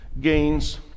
gains